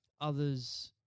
others